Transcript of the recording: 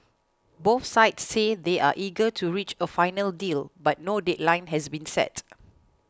both sides say they are eager to reach a final deal but no deadline has been set